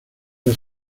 las